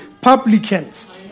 publicans